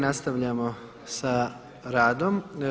Nastavljamo sa radom.